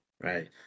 right